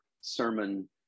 sermon